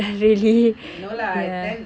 no lah then